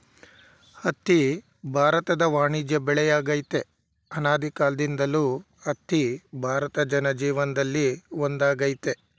ಹತ್ತಿ ಭಾರತದ ವಾಣಿಜ್ಯ ಬೆಳೆಯಾಗಯ್ತೆ ಅನಾದಿಕಾಲ್ದಿಂದಲೂ ಹತ್ತಿ ಭಾರತ ಜನಜೀವನ್ದಲ್ಲಿ ಒಂದಾಗೈತೆ